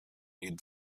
lead